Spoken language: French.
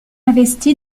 investi